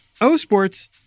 O-sports